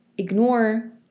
ignore